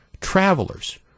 travelers